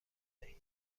دهی